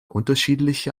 unterschiedliche